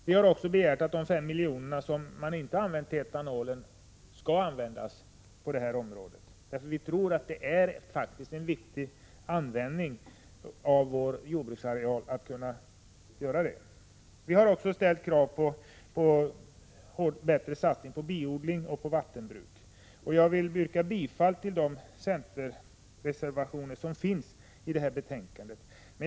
Vi har också begärt att de 5 milj.kr. som inte användes till etanol skall användas på det här området. Vi tror nämligen att det är en vettig användning av vår jordbruksareal. Vi har också ställt krav på en bättre satsning på biodling och på vattenbruk. Jag vill yrka bifall till de centerreservationer som finns i detta betänkande. Fru talman!